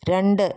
രണ്ട്